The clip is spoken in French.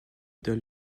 dans